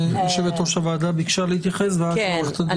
יו"ר הוועדה ביקשה להתייחס, ואז עוה"ד יששכר.